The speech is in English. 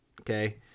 Okay